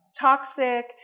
toxic